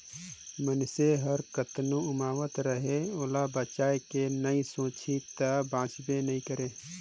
मइनसे हर कतनो उमावत रहें ओला बचाए के नइ सोचही त बांचबे नइ करे